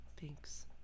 thanks